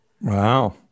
Wow